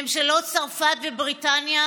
ממשלות צרפת ובריטניה,